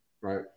right